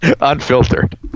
unfiltered